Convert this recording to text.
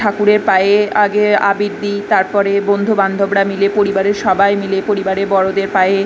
ঠাকুরের পায়ে আগে আবির দিই তারপরে বন্ধুবান্ধবরা মিলে পরিবারের সবাই মিলে পরিবারের বড়দের পায়ে